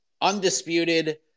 undisputed